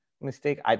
mistake